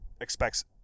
expects